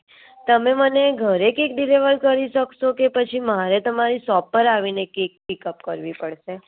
તમે મને ઘરે કેક ડિલિવર કરી સકસો કે પછી મારે તમારી શોપ પર આવીને કેક પિકપ કરવી પડસે